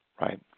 Right